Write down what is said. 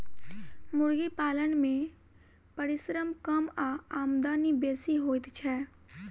मुर्गी पालन मे परिश्रम कम आ आमदनी बेसी होइत छै